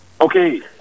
Okay